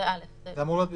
זה אמור להיות (א).